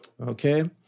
Okay